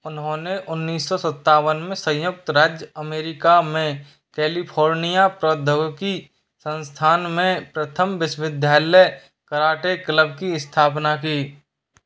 उन्होंने उन्नीस सौ सत्तावन में संयुक्त राज्य अमेरिका में कैलिफोर्निया प्रौद्योगिकी संस्थान में प्रथम विश्वविद्यालय कराटे क्लब की स्थापना की